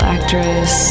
Actress